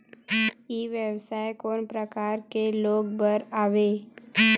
ई व्यवसाय कोन प्रकार के लोग बर आवे?